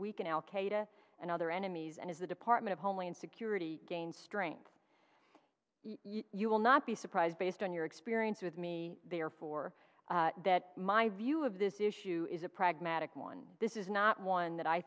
weaken al qaeda and other enemies and as the department of homeland security gains strength you will not be surprised based on your experience with me therefore that my view of this issue is a pragmatic one this is not one that i